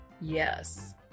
Yes